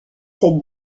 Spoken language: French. cette